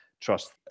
trust